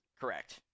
correct